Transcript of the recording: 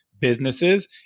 businesses